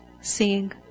seeing